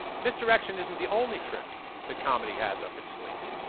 misdirection isn't the only trick that comedy has up its sleeve.